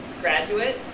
graduate